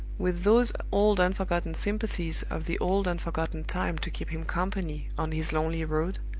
with those old unforgotten sympathies of the old unforgotten time to keep him company on his lonely road,